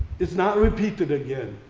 it's not repeated again.